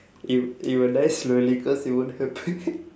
it it will die slowly cause it won't happen